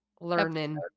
learning